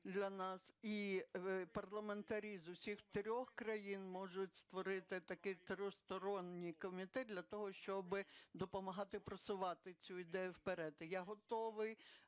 і парламентарі з усіх трьох країн можуть створити такий тристоронній комітет для того, щоб допомагати просувати цю ідею вперед.